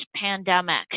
pandemic